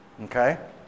Okay